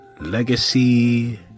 Legacy